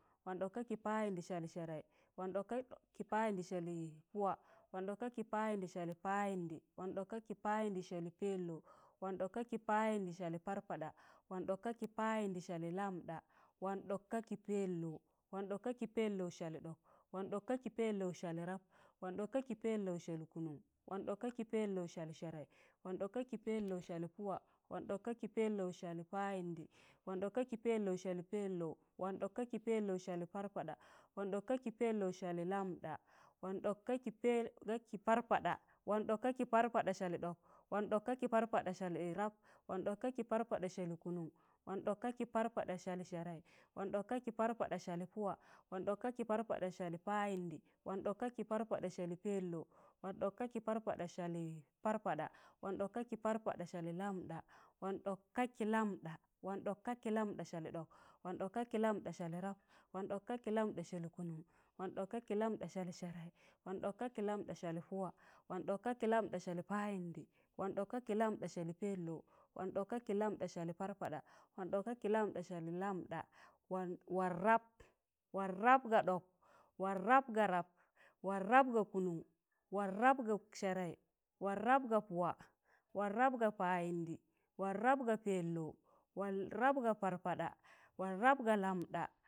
wọn ɗọk ka kị payịndị salị sẹẹrẹị. wọn ɗọk ka kị payịndị salị pụwa. wọn ɗọk ka kị payịndị salị payịndị. wọn ɗọk ka kị payịndị salị pẹlọu. wọn ɗọk ka kị payịndị salị parpaɗa. wọn ɗọk ka kị payịndị salị lamɗa. wọn ɗọk ka kị pẹlọu. wọn ɗọk ka kị pẹlou salị dọk. wọn ɗọk ka kị pẹlou salị rap. wọn ɗọk ka kị pẹlou salị kụụnụn. wọn ɗọk ka kị pẹlou salị sẹẹrẹị. wọn ɗọk ka kị pẹlou salị pụwa. wọn ɗọk ka kị pẹlou salị payịndị. wọn ɗọk ka kị pẹlou salị pẹllọw. wọn ɗọk ka kị pẹlou salị parpada. wọn ɗọk ka kị pẹlou salị lamda. wọn ɗọk ka kị parpaɗa. wọn ɗọk ka kị parpaɗa salị ɗọk. wọn ɗọk ka kị parpaɗa salị rap. wọn ɗọk ka kị parpaɗa salị kụụnụn. wọn ɗọk ka kị parpaɗa salị sẹẹrẹị. wọn ɗọk ka kị parpaɗa salị pụwa. wọn ɗọk ka kị parpaɗa salị payịndị. wọn ɗọk ka kị parpaɗa salị pẹlọu. wọn ɗọk ka kị parpaɗa salị parpaɗa. wọn ɗọk ka kị parpaɗa salị lamɗa. wọn ɗọk ka kị lamɗa salị ɗọk. wọn ɗọk ka kị lamɗa salị rap. wọn ɗọk ka kị lamɗa salị kụụnụn. wọn ɗọk ka kị lamɗa salị sẹẹrẹị. wọn ɗọk ka kị lamɗa salị pụwa. wọn ɗọk ka kị lamɗa salị payịndị. wọn ɗọk ka kị lamɗa salị pẹlọu. wọn ɗọk ka kị lamɗa salị parpaɗa. wọn ɗọk ka kị lamɗa salị lamɗa. wọn rap. wọn rap ga ɗọk. wọn rap ga rap. wọn rap ga kụụnụn. wọn rap ga sẹẹrẹị. wọn rap ga pụwa. wọn rap ga payịndị. wọn rap ga pẹllọw. wọn rap ga parpaɗa. wọn rap ga lamɗa,